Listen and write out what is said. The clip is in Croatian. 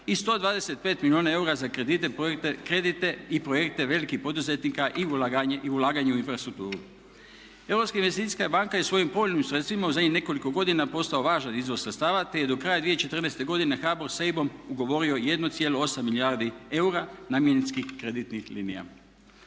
i 125 milijuna eura za kredite i projekte velikih poduzetnika i ulaganje u infrastrukturu. Europska investicijska banka je svojim povoljnim sredstvima u zadnjih nekoliko godina postao važan izvor sredstava, te je do kraja 2014. godine HBOR sa EIB-om ugovorio 1,8 milijardi eura namjenskih kreditnih linija.